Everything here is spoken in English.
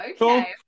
okay